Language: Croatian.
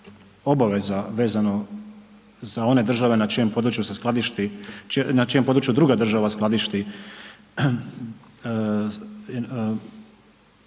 obaveza vezano za one države na čijem području se skladišti,